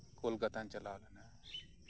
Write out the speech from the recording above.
ᱠᱳᱞᱠᱟᱛᱟᱧ ᱪᱟᱞᱟᱣ ᱞᱮᱱᱟ